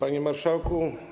Panie Marszałku!